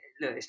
look